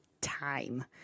time